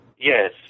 Yes